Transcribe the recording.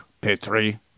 Petri